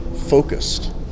focused